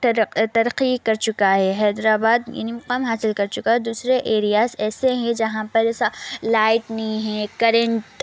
ترقی ترقی کر چکا ہے حیدر آباد ان مقام حاصل کر چکا ہے دوسرے ایریاز ایسے ہیں جہاں پر لائٹ نہیں ہے کرنٹ